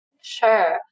Sure